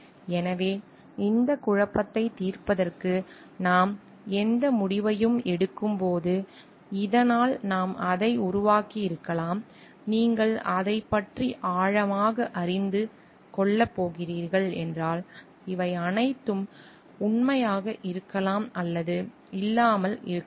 எனவே இந்த குழப்பத்தை தீர்ப்பதற்கு நாம் எந்த முடிவையும் எடுக்கும்போது இதனால் நாம் அதை உருவாக்கியிருக்கலாம் நீங்கள் அதைப் பற்றி ஆழமாக அறிந்து கொள்ளப் போகிறீர்கள் என்றால் இவை அனைத்தும் உண்மையாக இருக்கலாம் அல்லது இல்லாமல் இருக்கலாம்